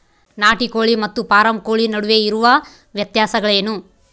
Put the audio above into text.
ನಾಟಿ ಕೋಳಿ ಮತ್ತು ಫಾರಂ ಕೋಳಿ ನಡುವೆ ಇರುವ ವ್ಯತ್ಯಾಸಗಳೇನು?